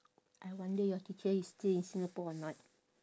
I wonder your teacher is still in singapore or not